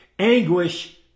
anguish